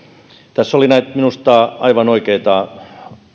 tässä oli minusta aivan oikeita